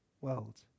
world